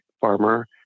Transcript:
farmer